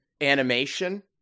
animation